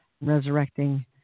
resurrecting